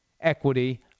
equity